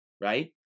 right